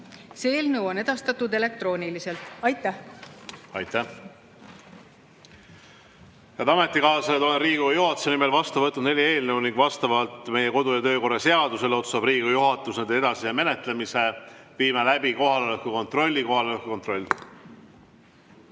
See eelnõu on edastatud elektrooniliselt. Aitäh! Aitäh! Head ametikaaslased! Olen Riigikogu juhatuse nimel vastu võtnud neli eelnõu ning vastavalt meie kodu‑ ja töökorra seadusele otsustab Riigikogu juhatus nende edasise menetlemise. Viime läbi kohaloleku kontrolli. Kohaloleku kontroll.